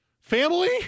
Family